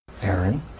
Aaron